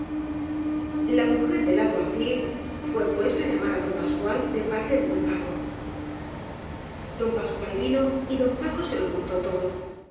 la mujer del alguacil fué pues á llamar á don pascual de parte de don paco don pascual vino y don paco se lo contó todo